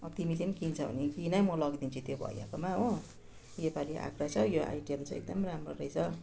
अँ तिमीले किन्छौँ भने किन म लगिदिन्छु त्यो भैयाकोमा हो योपाली आएको रहेछ यो आइटम चाहिँ एकदमै राम्रो रहेछ